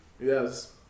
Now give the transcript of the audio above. Yes